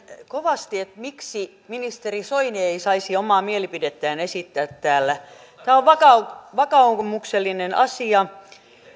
kovasti miksi ministeri soini ei saisi omaa mielipidettään esittää täällä tämä on vakaumuksellinen asia